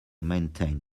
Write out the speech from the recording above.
maintain